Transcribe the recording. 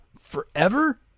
forever